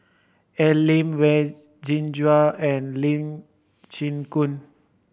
Al Lim Wen Jinhua and Lee Chin Koon